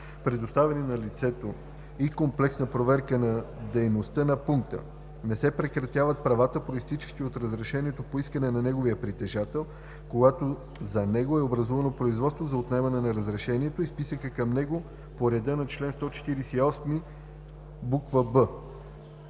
предоставени на лицето, и комплексна проверка на дейността на пункта. Не се прекратяват правата, произтичащи от разрешението, по искане на неговия притежател, когато за него е образувано производство за отнемане на разрешението и списъка към него по реда на чл. 148б.“